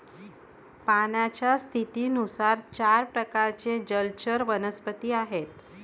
पाण्याच्या स्थितीनुसार चार प्रकारचे जलचर वनस्पती आहेत